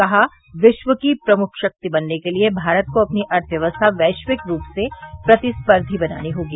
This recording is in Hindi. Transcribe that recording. कहा विश्व की प्रमुख शक्ति बनने के लिए भारत को अपनी अर्थव्यवस्था वैश्विक रूप से प्रतिस्पर्धी बनानी होगी